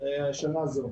שנה זאת.